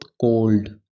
cold